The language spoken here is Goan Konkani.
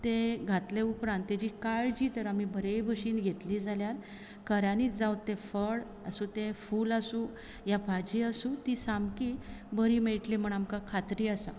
ते घातले उपरांत ताजी काळजी जर आमी बरे भशीन घेतली जाल्यार घरांनीच जाव तें फळ आसूं ते फूल आसूं या भाजी आसूं ती सामकी बरी मेळटली म्हण आमकां खात्री आसा